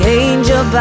angel